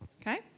Okay